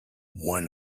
one